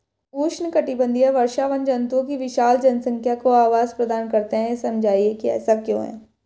उष्णकटिबंधीय वर्षावन जंतुओं की विशाल जनसंख्या को आवास प्रदान करते हैं यह समझाइए कि ऐसा क्यों है?